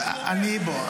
זה מה שהוא אומר.